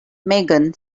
megan